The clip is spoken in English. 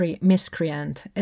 miscreant